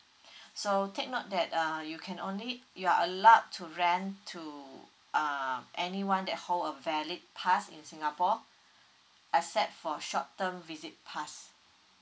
so take note that uh you can only you are allowed to rent to ah anyone that hold a valid pass in singapore except for short term visit pass